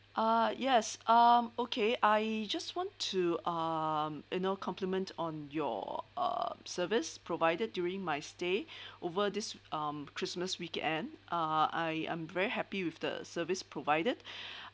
uh yes um okay I just want to uh you know compliment on your uh service provided during my stay over this um christmas weekend uh I am very happy with the service provided